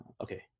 okay